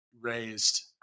raised